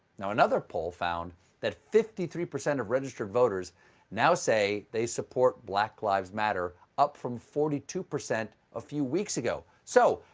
now, another poll found that fifty three percent of registered voters now say they support black lives matter, up from forty two percent a few weeks ago. so,